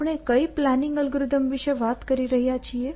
આપણે કઈ planning algorithm વિશે વાત કરી રહ્યા છીએ